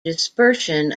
dispersion